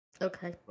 Okay